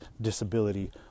disability